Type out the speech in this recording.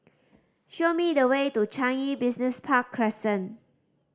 show me the way to Changi Business Park Crescent